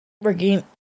working